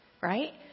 Right